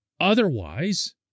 Otherwise